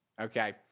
okay